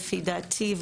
לדעתי,